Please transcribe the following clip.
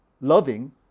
loving